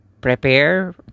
prepare